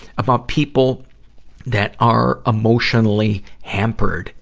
about people that are emotionally hampered